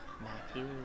Matthew